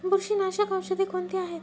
बुरशीनाशक औषधे कोणती आहेत?